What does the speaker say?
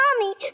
Mommy